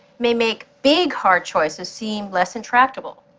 may make big hard choices seem less intractable.